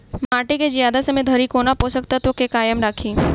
माटि केँ जियादा समय धरि कोना पोसक तत्वक केँ कायम राखि?